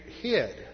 hid